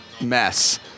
mess